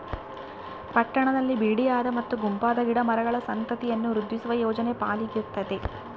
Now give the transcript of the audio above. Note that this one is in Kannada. ಪಟ್ಟಣದಲ್ಲಿ ಬಿಡಿಯಾದ ಮತ್ತು ಗುಂಪಾದ ಗಿಡ ಮರಗಳ ಸಂತತಿಯನ್ನು ವೃದ್ಧಿಸುವ ಯೋಜನೆ ಪಾಲಿಕೆಗಿರ್ತತೆ